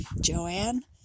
Joanne